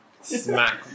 smack